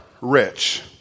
rich